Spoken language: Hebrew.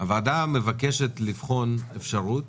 הוועדה מבקשת לבחון אפשרות